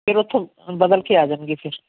ਫਿਰ ਉੱਥੋਂ ਬਦਲ ਕੇ ਆ ਜਾਣਗੇ ਫਿਰ